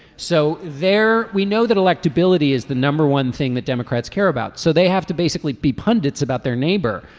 so there we know that electability is the number one thing that democrats care about. so they have to basically be pundits about their neighbor.